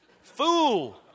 Fool